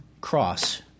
cross